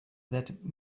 that